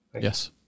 yes